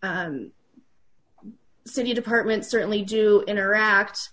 while city departments certainly do interact